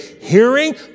hearing